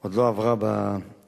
עוד לא עברה בכנסת,